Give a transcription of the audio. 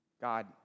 God